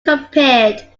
compared